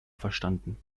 verstanden